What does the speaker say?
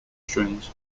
strings